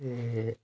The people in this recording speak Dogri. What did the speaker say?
एह्